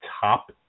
top